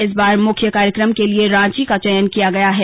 इस बार मुख्य कार्यक्रम के लिए रांची का चयन किया गया है